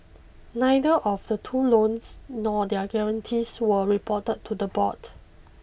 neither of the two loans nor their guarantees were reported to the board